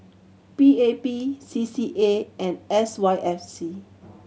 P A P C C A and S Y F C